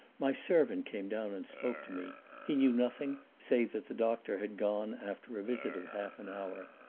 my servant came down and spoke to me he knew nothing save that the doctor had gone after a visit of half an hour.